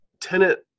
tenant